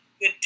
good